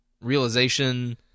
realization